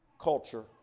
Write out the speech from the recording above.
culture